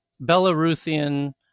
Belarusian